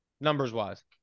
numbers-wise